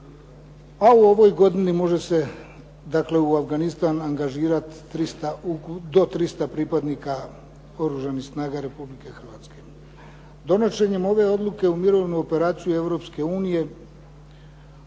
a u ovoj godini može se u Afganistan angažirat do 300 pripadnika Oružanih snaga Republike Hrvatske. Donošenjem ove odluke u mirovnu operaciju Europske unije